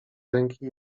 ręki